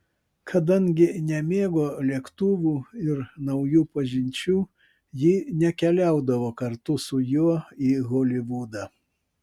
kadangi nemėgo lėktuvų ir naujų pažinčių ji nekeliaudavo kartu su juo į holivudą